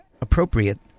appropriate